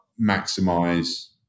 maximize